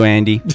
Andy